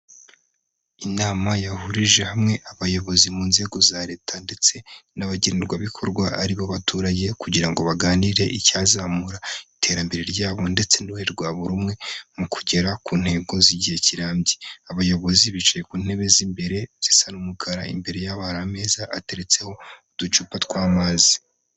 Inama yahurije hamwe abayobozi mu nzego za Leta ndetse n'abagenerwabikorwa ari bo baturage kugira ngo baganire icyazamura iterambere ryabo ndetse n'uruhare rwa buri umwe mu kugera ku ntego z'igihe kirambye. Abayobozi bicaye ku ntebe z'imbere zisa n'umukara, imbere yabo hari ameza ateretseho uducupa tw'amazi.